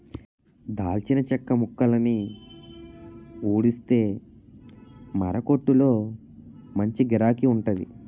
దాల్చిన చెక్క మొక్కలని ఊడిస్తే మారకొట్టులో మంచి గిరాకీ వుంటాది